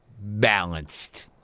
balanced